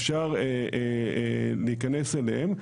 אפשר להיכנס אליהם.